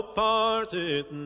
parted